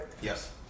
Yes